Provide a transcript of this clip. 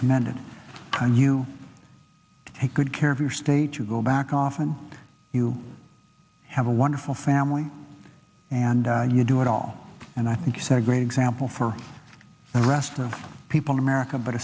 commended when you take good care of your state you go back often you have a wonderful family and you do it all and i think you said a great example for the rest of the people in america but